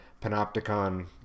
Panopticon